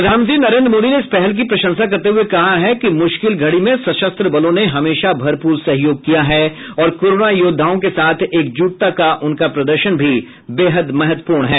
प्रधानमंत्री नरेन्द्र मोदी ने इस पहल की प्रशंसा करते हुए कहा है कि मुश्किल घडी में सशस्त्र बलों ने हमेशा भरपूर सहयोग किया है और कोरोना योद्वाओं के साथ एकजुटता का उनका प्रदर्शन भी बेहद महत्वपूर्ण है